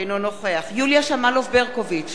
אינו נוכח יוליה שמאלוב-ברקוביץ,